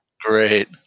great